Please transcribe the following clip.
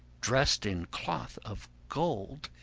dressed in cloth of gold,